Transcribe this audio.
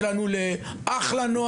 הנוער שלנו נפלא ומעולה,